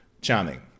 Charming